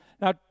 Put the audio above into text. Now